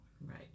right